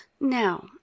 Now